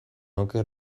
oker